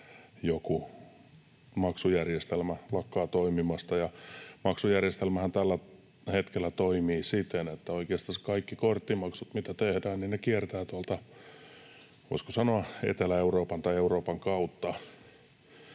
joku maksujärjestelmä lakkaa toimimasta. Maksujärjestelmähän tällä hetkellä toimii siten, että oikeastansa kaikki korttimaksut, mitä tehdään, kiertävät tuolta, voisiko sanoa, Etelä-Euroopan tai Euroopan kautta